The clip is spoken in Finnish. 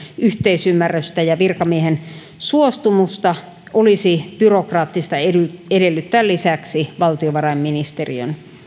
yhteisymmärrystä ja virkamiehen suostumusta olisi byrokraattista edellyttää edellyttää lisäksi valtiovarainministeriön